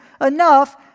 enough